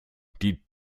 die